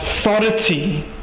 authority